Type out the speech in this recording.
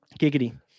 Giggity